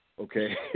Okay